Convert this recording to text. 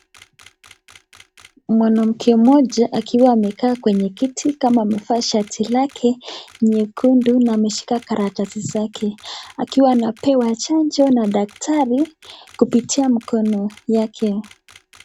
Mwanamke mmoja akiwa amekaa kwenye kiti kama amevaa shati lake nyekundu, na ameshika karatasi zake. Akiwa anapewa chanjo na daktari kupitia mkono yake.